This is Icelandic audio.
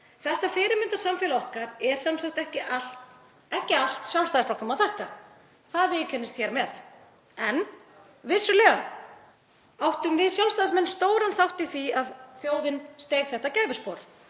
Þetta fyrirmyndarsamfélag okkar er sem sagt ekki allt Sjálfstæðisflokknum að þakka, það viðurkennist hér með. En vissulega áttum við Sjálfstæðismenn stóran þátt í því að þjóðin steig þetta gæfuspor